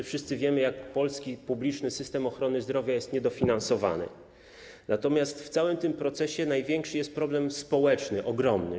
Wszyscy wiemy, jak polski system publicznej ochrony zdrowia jest niedofinansowany, natomiast w całym tym procesie największy jest problem społeczny, ogromny.